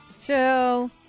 chill